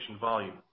volume